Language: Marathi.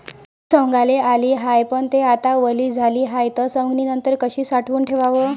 तूर सवंगाले आली हाये, पन थे आता वली झाली हाये, त सवंगनीनंतर कशी साठवून ठेवाव?